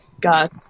god